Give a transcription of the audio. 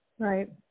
Right